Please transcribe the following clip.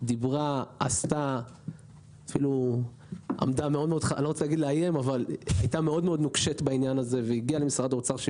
היא גם הייתה מאוד נוקשה בעניין הזה והיא גם הגיעה למשרד האוצר.